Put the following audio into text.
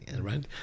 right